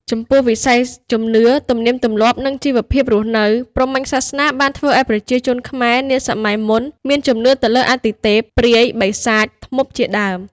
ចំពោះវិស័យជំនឿ ទំនៀមទម្លាប់ និង ជីវភាពរស់នៅ ព្រហ្មញ្ញសាសនាបានធ្វើឱ្យប្រជាជនខ្មែរ នាសម័យមុនមានជំនឿទៅលើអាទិទេព ព្រាយ បិសាច ធ្មប់ជាដើម។